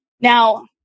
Now